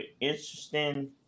interesting